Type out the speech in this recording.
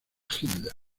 hitler